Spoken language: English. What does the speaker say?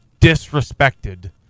disrespected